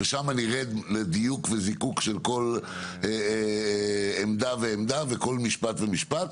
ושם אנחנו נרד לדיוק וזיקוק של כל עמדה ועמדה וכל משפט ומשפט.